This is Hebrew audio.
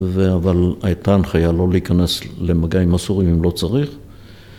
‫אבל הייתה הנחיה לא להיכנס ‫למגע עם הסורים אם לא צריך.